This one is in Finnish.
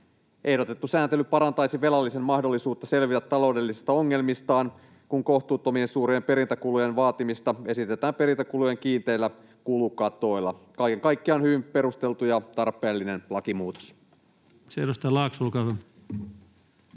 Ehdotettu sääntely parantaisi velallisen mahdollisuutta selvitä taloudellisista ongelmistaan, kun kohtuuttoman suurien perintäkulujen vaatimista estetään perintäkulujen kiinteillä kulukatoilla. Kaiken kaikkiaan hyvin perusteltu ja tarpeellinen lakimuutos. Kiitoksia. — Edustaja Laakso, olkaa